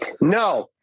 No